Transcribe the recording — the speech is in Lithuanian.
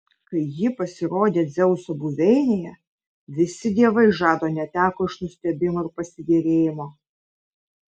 kai ji pasirodė dzeuso buveinėje visi dievai žado neteko iš nustebimo ir pasigėrėjimo